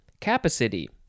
Capacity